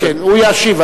הוא ישיב.